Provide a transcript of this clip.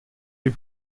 les